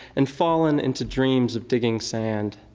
and fallen into dreams of digging sand.